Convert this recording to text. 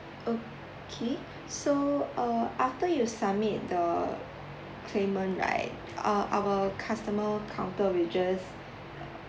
okay so uh after you submit the claim right uh our customer counter will just